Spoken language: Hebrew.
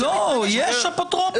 יש אפוטרופוס.